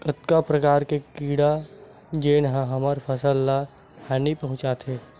कतका प्रकार के कीड़ा जेन ह हमर फसल ल हानि पहुंचाथे?